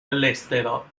all’estero